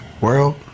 world